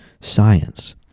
science